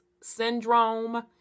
syndrome